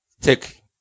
take